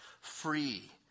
free